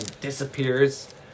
disappears